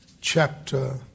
chapter